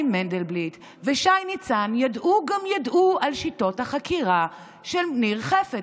מנדלבליט ושי ניצן ידעו גם ידעו על שיטות החקירה של ניר חפץ.